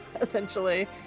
essentially